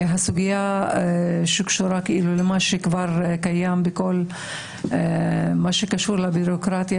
הסוגיה שקשורה במה שכבר קיים בכל מה שקשור לבירוקרטיה,